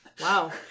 Wow